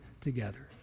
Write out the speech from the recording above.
together